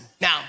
Now